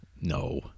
No